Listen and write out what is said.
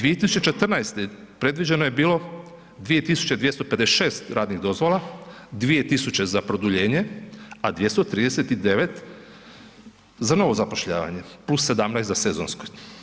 2014. predviđeno je bilo 2.256 radnih dozvola, 2.000 za produljenje, a 239 za novo zapošljavanje plus 17 za sezonsko.